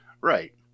Right